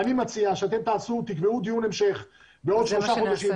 אני מציע שתקבעו דיון המשך בעוד שלושה חודשים,